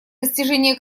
достижения